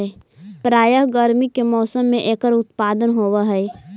प्रायः गर्मी के मौसम में एकर उत्पादन होवअ हई